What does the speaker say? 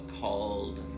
called